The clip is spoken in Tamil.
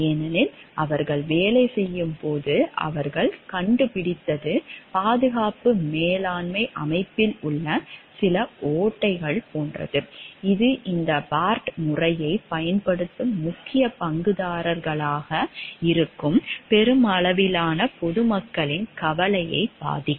ஏனெனில் அவர்கள் வேலை செய்யும் போது அவர்கள் கண்டுபிடித்தது பாதுகாப்பு மேலாண்மை அமைப்பில் உள்ள சில ஓட்டைகள் போன்றது இது இந்த பார்ட் முறையைப் பயன்படுத்தும் முக்கிய பங்குதாரர்களாக இருக்கும் பெருமளவிலான பொதுமக்களின் கவலையை பாதிக்கும்